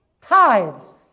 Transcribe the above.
tithes